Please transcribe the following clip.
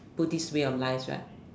Buddhist way of life right